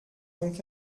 donc